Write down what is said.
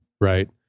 right